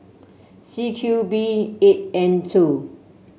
C Q B eight N